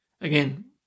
Again